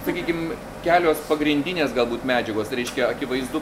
sakykim kelios pagrindinės galbūt medžiagos reiškia akivaizdu